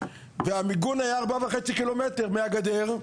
והמיגון היה 4.5 קילומטרים מהגדר,